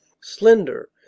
slender